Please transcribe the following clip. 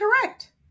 correct